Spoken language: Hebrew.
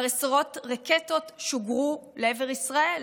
עשרות רקטות כבר שוגרו לעבר ישראל.